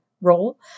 role